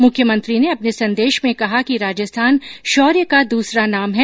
मुख्यमंत्री ने अपने संदेश में कहा कि राजस्थान शौर्य का दूसरा नाम है